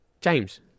James